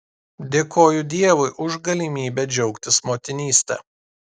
dėkoju dievui už galimybę džiaugtis motinyste